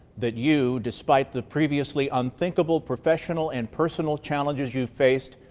that you despite the previously unthinkable, professional and personal challenges you faced,